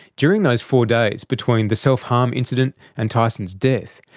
during those four days between the self-harm incident and tyson's death,